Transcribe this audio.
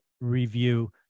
review